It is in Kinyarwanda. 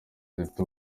zifite